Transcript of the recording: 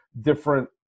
different